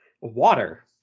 water